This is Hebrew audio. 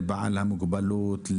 לבעל המוגבלות,